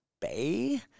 Bay